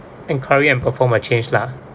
enquiry and perform a change lah